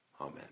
Amen